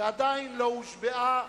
ועדיין לא הושבעה